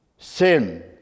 Sin